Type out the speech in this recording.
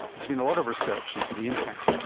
there's been a lot of research into the impact.